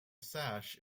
sash